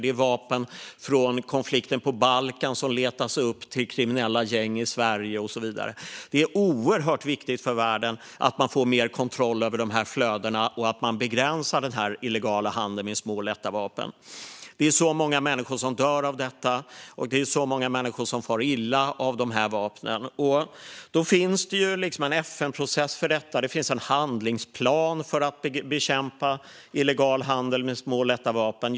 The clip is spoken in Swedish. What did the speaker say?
Det är vapen från konflikten på Balkan som letar sig upp till kriminella gäng i Sverige och så vidare. Det är oerhört viktigt för världen att man får mer kontroll över de här flödena och att man begränsar den illegala handeln med små och lätta vapen. Det är så många människor som dör av detta, och det är så många människor som far illa av dessa vapen. Det finns en FN-process för detta, och det finns en handlingsplan för att bekämpa illegal handel med små och lätta vapen.